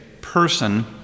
person